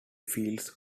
feels